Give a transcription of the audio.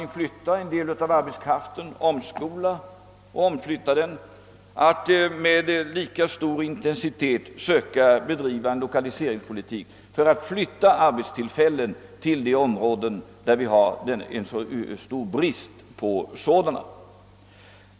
Vi måste i viss utsträckning omskola och omflytta arbetskraften och med lika stor intensitet bedriva lokaliseringspolitik för att flytta arbetstillfällen till de områden där det råder stor brist på sådana.